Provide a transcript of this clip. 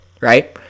right